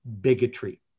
bigotry